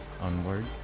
onward